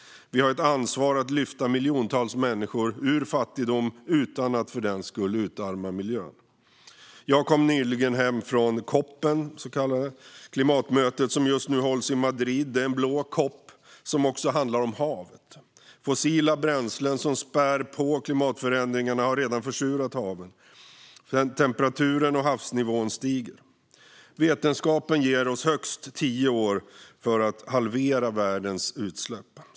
Vi har ett ansvar att lyfta miljontals människor ur fattigdom utan att för den skull utarma miljön. Jag kom nyligen hem från den så kallade COP:en, klimatmötet som just nu hålls i Madrid. Det är en blå COP som också handlar om hav. Fossila bränslen som spär på klimatförändringarna har redan försurat haven. Temperaturen och havsnivån stiger. Vetenskapen ger oss högst tio år för att halvera världens utsläpp.